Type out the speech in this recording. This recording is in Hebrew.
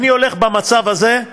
אני הולך במצב הזה,